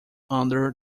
under